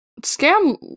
Scam